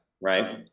right